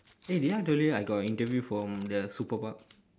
eh did I told you I got the interview from the super park